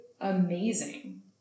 amazing